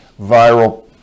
viral